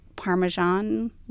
parmesan